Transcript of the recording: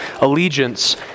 allegiance